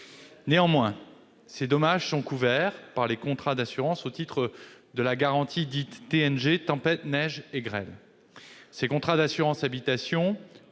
Néanmoins, ces dommages sont couverts par les contrats d'assurance au titre de la garantie dite « TNG », pour « tempête, neige et grêle ». Ces contrats d'assurance habitation